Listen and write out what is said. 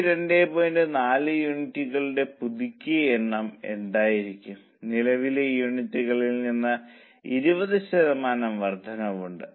4 യൂണിറ്റുകളുടെ പുതുക്കിയ എണ്ണം എന്തായിരിക്കും നിലവിലെ യൂണിറ്റുകളിൽ നിന്ന് 20 ശതമാനം വർദ്ധനവ് ഉണ്ട്